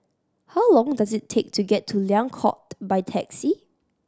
how long does it take to get to Liang Court by taxi